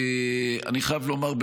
אני חייב לומר,